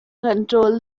control